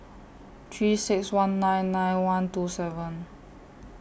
three six one nine nine one two seven